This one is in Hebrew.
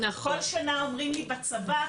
כל שנה אומרים לי בצבא,